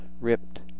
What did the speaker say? ripped